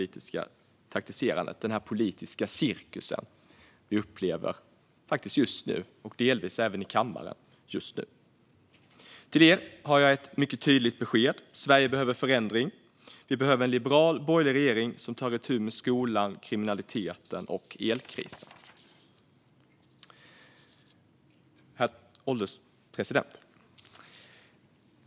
Ni förtjänar bättre än den politiska cirkus som vi upplever just nu, delvis även här i kammaren. Till er har jag ett mycket tydligt besked: Sverige behöver förändring. Vi behöver en liberal borgerlig regering som tar itu med skolan, kriminaliteten och elkrisen. Herr ålderspresident!